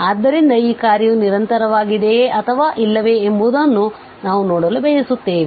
ಆದ್ದರಿಂದ ಈ ಕಾರ್ಯವು ನಿರಂತರವಾಗಿದೆಯೇ ಅಥವಾ ಇಲ್ಲವೇ ಎಂಬುದನ್ನು ನಾವು ನೋಡಲು ಬಯಸುತ್ತೇವೆ